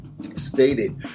stated